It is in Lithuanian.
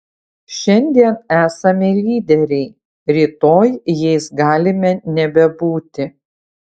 šiandien esame lyderiai rytoj jais galime nebebūti